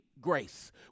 grace